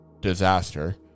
disaster